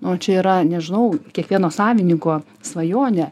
o čia yra nežinau kiekvieno savininko svajonė